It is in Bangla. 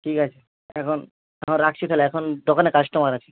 ঠিক আছে এখন এখন রাখছি তাহলে এখন দোকানে কাস্টমার আছে